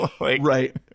right